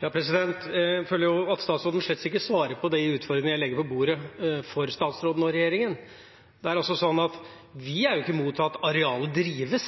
Jeg føler at statsråden slett ikke svarer på de utfordringene jeg legger på bordet for statsråden og regjeringa. Vi er ikke imot at arealene drives,